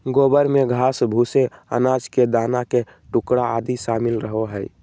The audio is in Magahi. गोबर में घास, भूसे, अनाज के दाना के टुकड़ा आदि शामिल रहो हइ